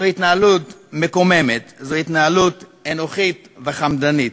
זו התנהלות מקוממת, זו התנהלות אנוכית וחמדנית.